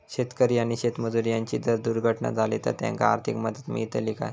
शेतकरी आणि शेतमजूर यांची जर दुर्घटना झाली तर त्यांका आर्थिक मदत मिळतली काय?